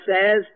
says